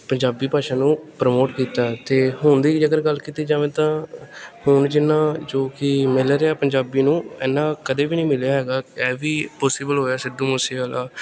ਪੰਜਾਬੀ ਭਾਸ਼ਾ ਨੂੰ ਪ੍ਰਮੋਟ ਕੀਤਾ ਅਤੇ ਹੁਣ ਦੀ ਜੇਕਰ ਗੱਲ ਕੀਤੀ ਜਾਵੇ ਤਾਂ ਹੁਣ ਜਿੰਨਾ ਜੋ ਕਿ ਮਿਲ ਰਿਹਾ ਪੰਜਾਬੀ ਨੂੰ ਇੰਨਾਂ ਕਦੇ ਵੀ ਨਹੀਂ ਮਿਲਿਆ ਹੈਗਾ ਇਹ ਵੀ ਪੋਸੀਬਲ ਹੋਇਆ ਸਿੱਧੂ ਮੂਸੇਆਲਾ